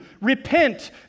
Repent